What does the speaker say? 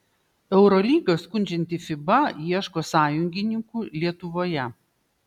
eurolygą skundžianti fiba ieško sąjungininkų lietuvoje